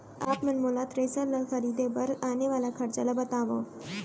आप मन मोला थ्रेसर ल खरीदे बर आने वाला खरचा ल बतावव?